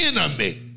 enemy